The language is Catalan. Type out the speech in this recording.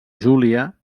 júlia